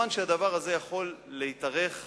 הדבר הזה יכול כמובן להתארך